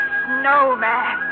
snowman